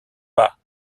pas